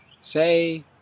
Say